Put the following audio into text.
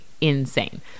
insane